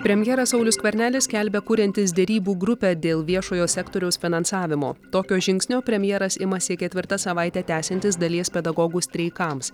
premjeras saulius skvernelis skelbia kuriantis derybų grupę dėl viešojo sektoriaus finansavimo tokio žingsnio premjeras imasi ketvirtą savaitę tęsiantis dalies pedagogų streikams